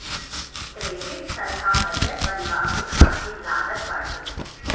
credit सलाह budget बनावे खातिर लागत बाटे